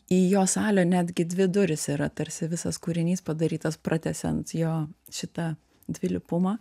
į jo salę netgi dvi durys yra tarsi visas kūrinys padarytas pratęsiant jo šitą dvilypumą